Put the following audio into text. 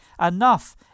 enough